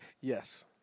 Yes